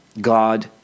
God